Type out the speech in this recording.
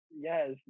Yes